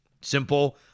simple